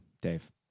Dave